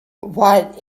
what